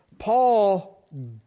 Paul